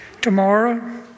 tomorrow